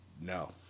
no